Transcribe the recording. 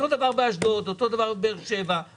אותו דבר באשדוד, אותו דבר בבאר שבע.